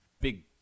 big